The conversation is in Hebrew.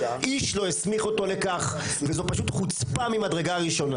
איש לא הסמיך אותו לכך וזו פשוט חוצפה ממדרגה ראשונה.